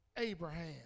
Abraham